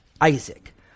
Isaac